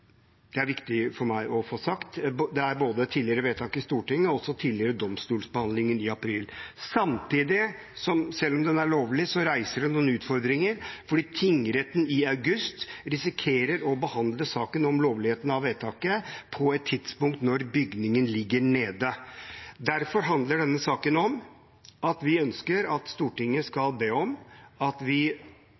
det er viktig for meg å få sagt. Det viser både tidligere vedtak i Stortinget og også tidligere domstolsbehandling, i april. Samtidig, selv om rivingen er lovlig, reiser den noen utfordringer fordi tingretten i august risikerer å behandle saken om lovligheten av vedtaket på et tidspunkt da bygningen ligger nede. Derfor handler denne saken om at vi ønsker at Stortinget skal be om at vi